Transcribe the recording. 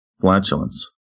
flatulence